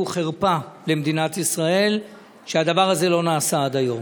חרפה למדינת ישראל שהדבר הזה לא נעשה עד היום,